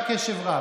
מכפילים?